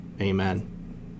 Amen